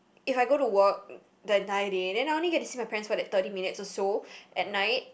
if I go to work the entire day then I only get to see my parents for that thirty minutes or so at night